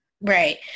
Right